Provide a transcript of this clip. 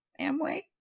Amway